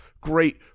great